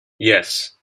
yes